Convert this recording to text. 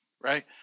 Right